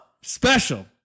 special